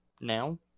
now